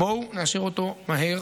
בואו נאשר אותו מהר.